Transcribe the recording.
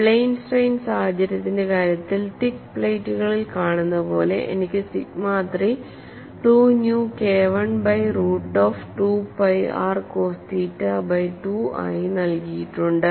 plain strain സാഹചര്യത്തിന്റെ കാര്യത്തിൽ thick പ്ലേറ്റുകളിൽ കാണുന്ന പോലെ എനിക്ക് sigma 3 2 nu KI by root of 2 pi r cos theta by 2 ആയി നൽകിയിട്ടുണ്ട്